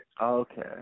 Okay